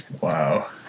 Wow